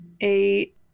eight